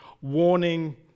warning